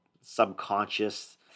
subconscious